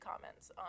comments